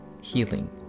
healing